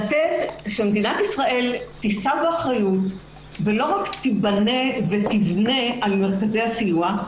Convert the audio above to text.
שמדינת ישראל תישא באחריות ולא רק תיבנה ותבנה על מרכזי הסיוע,